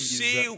see